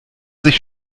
sich